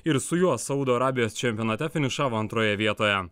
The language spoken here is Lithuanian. ir su juo saudo arabijos čempionate finišavo antroje vietoje